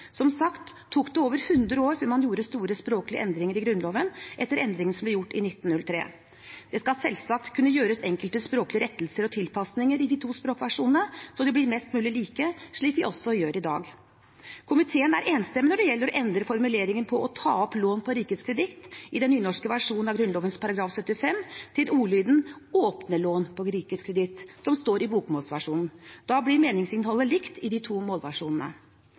Som sagt tok det over 100 år før man gjorde store språklige endringer i Grunnloven, etter endringene som ble gjort i 1903. Det skal selvsagt kunne gjøres enkelte språklige rettelser og tilpasninger i de to språkversjonene, så de blir mest mulig like, slik vi også gjør i dag. Komiteen er enstemmig når det gjelder å endre formuleringen «ta opp lån på rikets kreditt» i den nynorske versjonen av Grunnloven § 75 til ordlyden «opne lån på rikets kreditt», som står i bokmålsversjonen. Da blir meningsinnholdet likt i de to målversjonene.